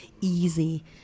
easy